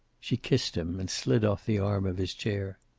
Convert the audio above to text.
she kissed him and slid off the arm of his chair.